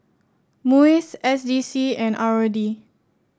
MUIS S D C and R O D